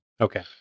Okay